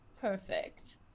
Perfect